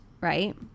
right